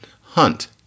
Hunt